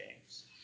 games